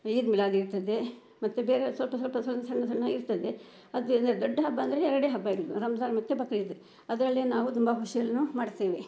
ಈದ್ ಮಿಲಾದ್ ಇರ್ತದೆ ಮತ್ತೆ ಬೇರೆ ಸ್ವಲ್ಪ ಸ್ವಲ್ಪ ಸಣ್ಣ ಸಣ್ಣ ಇರ್ತದೆ ಅದೆಲ್ಲ ದೊಡ್ಡ ಹಬ್ಬ ಅಂದರೆ ಎರಡೇ ಹಬ್ಬ ಇರೋದು ರಂಜಾನ್ ಮತ್ತೆ ಬಕ್ರೀದ್ ಅದರಲ್ಲಿ ನಾವು ತುಂಬ ಖುಷಿಯನ್ನು ಮಾಡ್ತೇವೆ